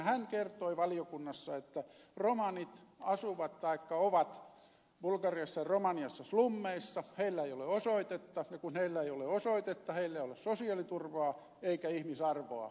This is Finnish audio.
hän kertoi valiokunnassa että romanit ovat bulgariassa ja romaniassa slummeissa heillä ei ole osoitetta ja kun heillä ei ole osoitetta heillä ei ole sosiaaliturvaa eikä ihmisarvoa